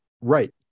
Right